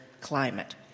climate